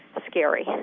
scary. and